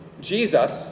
Jesus